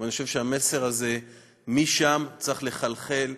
ואני חושב שהמסר הזה משם צריך לחלחל,